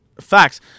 Facts